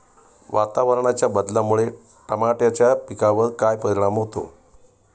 वातावरणाच्या बदलामुळे टमाट्याच्या पिकावर काय परिणाम होतो?